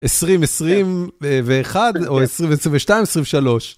עשרים, עשרים ואחד, או עשרים ושתיים, עשרים ושלוש.